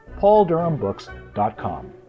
pauldurhambooks.com